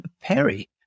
Perry